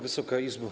Wysoka Izbo!